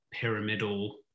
pyramidal